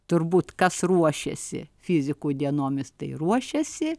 turbūt kas ruošiasi fizikų dienomis tai ruošiasi